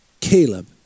Caleb